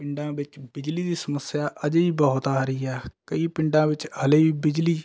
ਪਿੰਡਾਂ ਵਿੱਚ ਬਿਜਲੀ ਦੀ ਸਮੱਸਿਆ ਅਜੇ ਵੀ ਬਹੁਤ ਆ ਰਹੀ ਹੈ ਕਈ ਪਿੰਡਾਂ ਵਿੱਚ ਹਲੇ ਵੀ ਬਿਜਲੀ